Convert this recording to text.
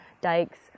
dikes